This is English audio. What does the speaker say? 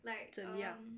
怎样